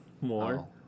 More